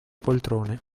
poltrone